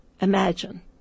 Imagine